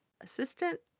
assistant